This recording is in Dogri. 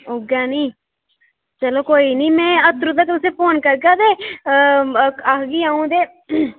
उ'ऐ निं चलो कोई निं में अत्तरूं तक्कर तुसें ई फोन करगा ते आखगी अ'ऊं ते